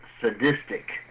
sadistic